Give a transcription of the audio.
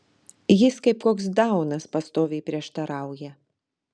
jis kaip koks daunas pastoviai prieštarauja